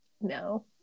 No